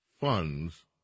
funds